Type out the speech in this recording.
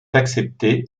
accepter